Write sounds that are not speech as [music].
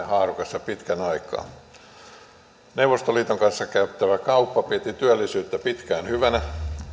[unintelligible] haarukassa pitkän aikaa neuvostoliiton kanssa käytävä kauppa piti työllisyyttä pitkään hyvänä